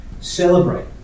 celebrate